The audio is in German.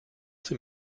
sie